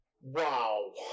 wow